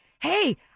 hey